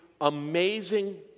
amazing